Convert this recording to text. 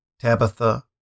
Tabitha